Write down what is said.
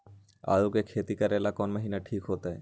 आलू के खेती करेला कौन महीना ठीक होई?